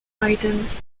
items